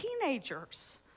teenagers